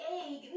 egg